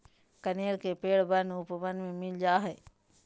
कनेर के पेड़ वन उपवन में मिल जा हई